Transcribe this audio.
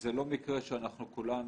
זה לא מקרה שאנחנו כולנו,